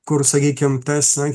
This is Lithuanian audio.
kur sakykim tas na